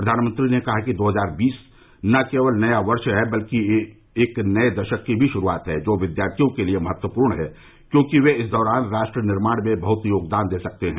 प्रधानमंत्री ने कहा कि दो हजार बीस न केवल नया वर्ष है बल्कि यह एक नए दशक की शुरुआत भी है जो विद्यार्थियों के लिए महत्वपूर्ण है क्योंकि वे इस दौरान राष्ट्र निर्माण में बहुत योगदान दे सकते हैं